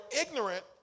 ignorant